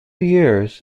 years